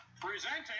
Presenting